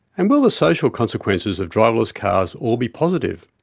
and will the social consequences of driverless cars all be positive?